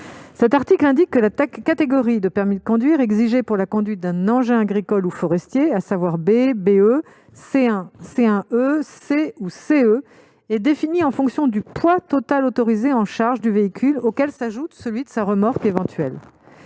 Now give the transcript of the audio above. Cet article dispose que la catégorie de permis de conduire exigé pour la conduite d'un engin agricole ou forestier, à savoir B, BE, C1, C1E, C ou CE, est définie en fonction du poids total autorisé en charge du véhicule, auquel s'ajoute celui de sa remorque éventuelle.